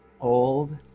old